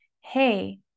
hey